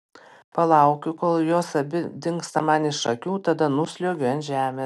palaukiu kol jos abi dingsta man iš akių tada nusliuogiu ant žemės